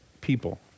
people